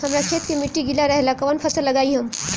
हमरा खेत के मिट्टी गीला रहेला कवन फसल लगाई हम?